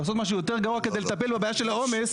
לעשות משהו יותר גרוע כדי לטפל בבעיה של העומס,